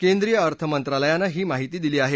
केंद्रीय अर्थ मंत्रालयानं ही माहिती दिली आहे